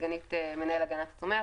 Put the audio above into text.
סגנית מנהל הגנת הצומח,